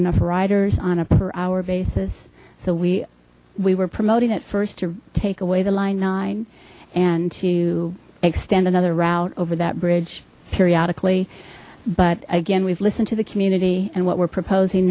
enough riders on a per hour basis so we we were promoting it first to take away the line nine and to extend another route over that bridge periodically again we've listened to the community and what we're proposing